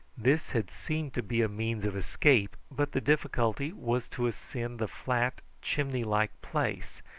this had seemed to be a means of escape, but the difficulty was to ascend the flat chimney-like place,